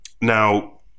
Now